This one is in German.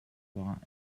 wahr